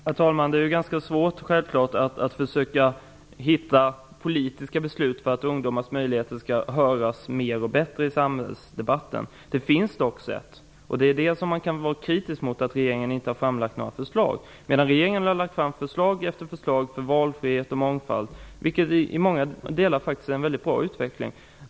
Herr talman! Det är självfallet ganska svårt att försöka finna politiska beslut för att ungdomar skall höras mera och bättre i samhällsdebatten. Det finns dock åtgärder som man skulle kunna vidta, och man kan vara kritisk mot att regeringen inte har lagt fram några förslag. Däremot har regeringen lagt fram förslag efter förslag för valfrihet och mångfald. Det är i många delar en mycket bra utveckling.